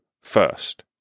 first